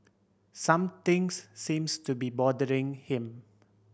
something's seems to be bothering him